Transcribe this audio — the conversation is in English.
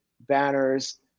banners